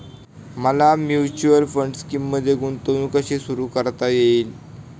मला mutual fund स्कीममध्ये गुंतवणूक कशी सुरू करता येईल?